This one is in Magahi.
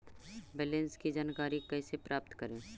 बैलेंस की जानकारी कैसे प्राप्त करे?